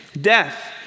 death